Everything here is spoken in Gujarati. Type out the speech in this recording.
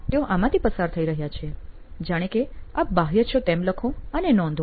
તેઓ આમાંથી પસાર થઇ રહ્યા છે જાણે કે આપ બાહ્ય છો તેમ લખો અને નોંધો